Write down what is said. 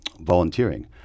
volunteering